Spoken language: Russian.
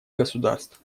государств